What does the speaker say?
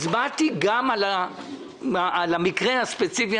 הצבעתי גם על המקרה הספציפי